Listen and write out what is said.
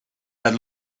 las